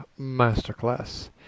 Masterclass